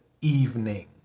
evening